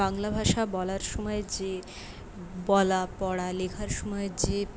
বাংলাভাষা বলার সময় যে বলা পড়া লেখার সময় যে